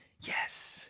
yes